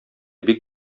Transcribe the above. бик